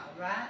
right